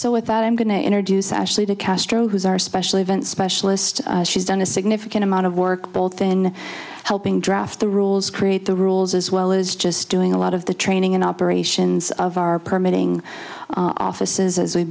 so with that i'm going to introduce actually to castro who's our special events specialist she's done a significant amount of work both in helping draft the rules create the rules as well as just doing a lot of the training and operations of our permitting offices as we've